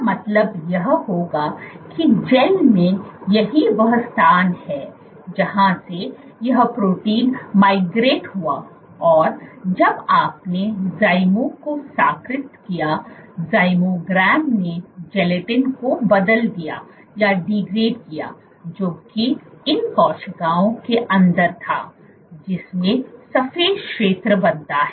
इसका मतलब यह होगा कि जेल में यही वह स्थान है जहां से यह प्रोटीन माइग्रेट हुआ और जब आपने Zymo को सक्रिय किया zymogram ने जिलेटिन को बदल दिया जो कि इन कोशिकाओं के अंदर था जिससे सफेद क्षेत्र बनता है